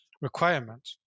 requirement